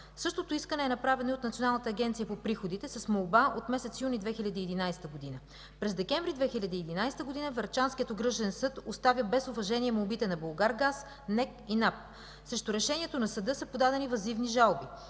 Същото искане е направено и от Националната агенция по приходите с молба от месец юни 2011 г. През месец декември 2011 г. Врачанският окръжен съд оставя без уважение молбите на „Булгаргаз”, НЕК и НАП. Срещу решението на съда са подадени въззивни жалби.